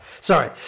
Sorry